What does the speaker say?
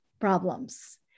problems